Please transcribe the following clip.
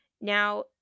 Now